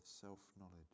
self-knowledge